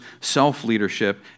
self-leadership